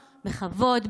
בכבוד,